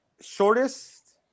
shortest